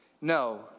No